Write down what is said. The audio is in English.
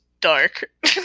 dark